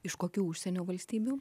iš kokių užsienio valstybių